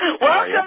Welcome